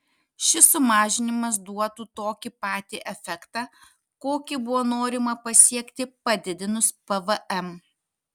šis sumažinimas duotų tokį patį efektą kokį buvo norima pasiekti padidinus pvm